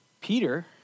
Peter